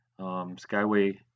Skyway